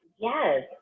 yes